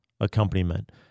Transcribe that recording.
accompaniment